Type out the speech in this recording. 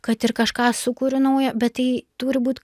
kad ir kažką sukuriu nauja bet tai turi būt